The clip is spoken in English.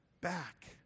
back